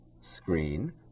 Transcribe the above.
screen